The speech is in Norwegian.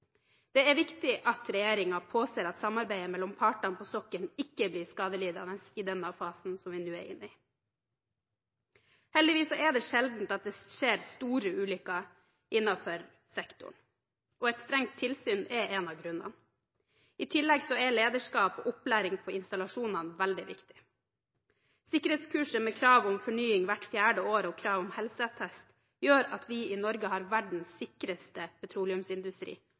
Det er viktig at regjeringen påser at samarbeidet mellom partene på sokkelen ikke blir skadelidende i den fasen som vi nå er inne i. Heldigvis er det sjeldent at det skjer store ulykker innenfor sektoren, og et strengt tilsyn er en av grunnene. I tillegg er lederskap og opplæring på installasjonene veldig viktig. Sikkerhetskurset med krav om fornying hvert fjerde år og krav om helseattest gjør at vi i Norge har verdens sikreste petroleumsindustri.